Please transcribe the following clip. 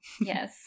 yes